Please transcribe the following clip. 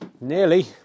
Nearly